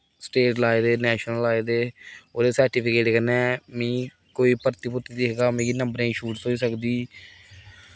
state लाए दे national लाए दे ओह्दे सर्टिफिकेट कन्नै कोई भर्थी भुर्थी दिखगा मिगी नंबरें दी छूट थ्होई सकदी